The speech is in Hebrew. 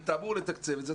אם אתה אמור לתקצב את זה,